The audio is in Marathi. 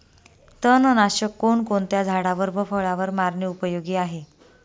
तणनाशक कोणकोणत्या झाडावर व फळावर मारणे उपयोगी आहे?